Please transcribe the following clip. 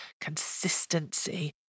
consistency